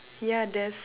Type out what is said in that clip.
yeah there's